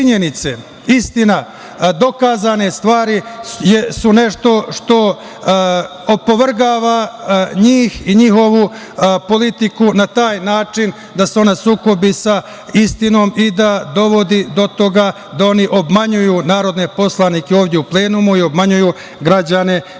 istina, dokazane stvari su nešto što opovrgava njih i njihovu politiku na taj način da se ona sukobi sa istinom i da dovodi do toga da oni obmanjuju narodne poslanike ovde u plenumu i obmanjuju građane Novog